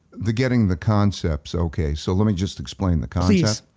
the getting the concepts. okay, so let me just explain the